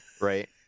right